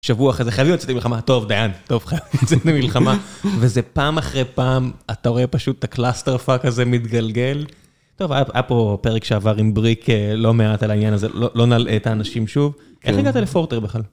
שבוע אחרי זה, חייבים לצאת מלחמה, טוב דאם, טוב חייבים לצאת מלחמה. וזה פעם אחרי פעם, אתה רואה פשוט את הקלאסטר פאק הזה מתגלגל. טוב היה פה פרק שעבר עם בריק לא מעט על העניין הזה, לא נלאה את האנשים שוב, איך הגעת לפורטר בכלל?